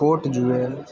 કોટ જોઈએ